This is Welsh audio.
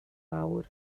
awr